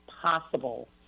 possible